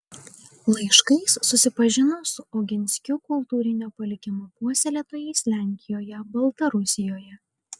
laiškais susipažino su oginskių kultūrinio palikimo puoselėtojais lenkijoje baltarusijoje